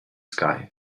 sky